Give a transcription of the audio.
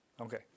Okay